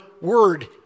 word